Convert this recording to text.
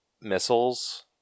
missiles